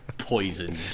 Poison